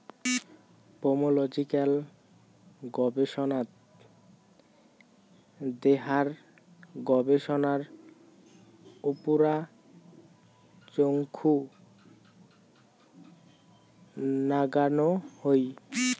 pomological গবেষনাত দেহার গবেষণার উপুরা চখু নাগানো হই